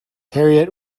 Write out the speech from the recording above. harriet